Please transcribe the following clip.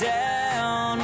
down